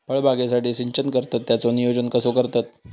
फळबागेसाठी सिंचन करतत त्याचो नियोजन कसो करतत?